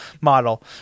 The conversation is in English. model